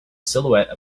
silhouette